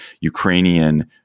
Ukrainian